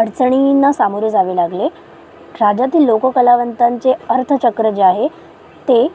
अडचणींना सामोरं जावे लागले राज्यातील लोक कलावंतांचे अर्थचक्र जे आहे ते